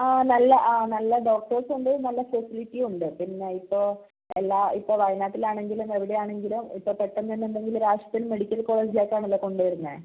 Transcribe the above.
ആ നല്ല ആ നല്ല ഡോക്ടർസ് ഉണ്ട് നല്ല ഫെസിലിറ്റിയും ഉണ്ട് പിന്നെ ഇപ്പോൾ എല്ലാ ഇപ്പോൾ വയനാട്ടിൽ ആണെങ്കിലും എവിടെയാണെങ്കിലും ഇപ്പോൾ പെട്ടെന്നുതന്നെ എന്തെങ്കിലും ഒരാവശ്യത്തിന് മെഡിക്കൽ കോളേജിലേക്ക് ആണല്ലോ കൊണ്ട് വരുന്നത്